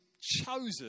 chosen